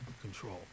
control